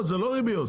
זה לא ריביות,